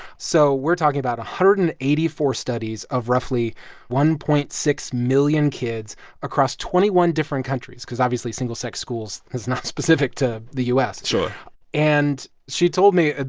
so we're talking about one hundred and eighty four studies of roughly one point six million kids across twenty one different countries because obviously single-sex schools is not specific to the u s sure and she told me,